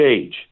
age